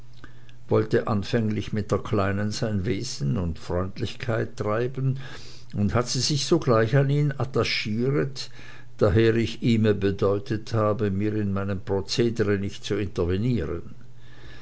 wollte anfenglich mit der kleinen sein wesen und freundlichkeit treiben und hat sie sich sogleich an ihn attachiret daher ich ihme bedeutet habe mir in meinem procedere nicht zu interveniren